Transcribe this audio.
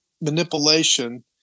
manipulation